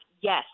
yes